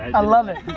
i love it.